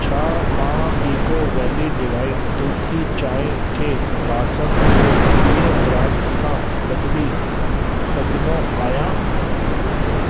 छा मां Eco Valley Divine Tulsi चांहि खे बासण जे ॿिए ब्रांड सां बदिली सघंदो आहियां